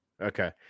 Okay